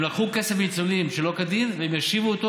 הם לקחו כסף מניצולים שלא כדין והם ישיבו אותו,